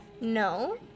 No